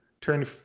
turn